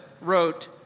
wrote